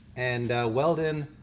and weld in